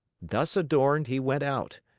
thus adorned, he went out.